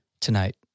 tonight